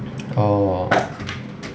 orh